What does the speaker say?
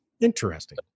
Interesting